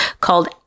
called